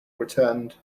returned